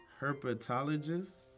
Herpetologist